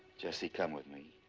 jessie, come with me.